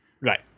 Right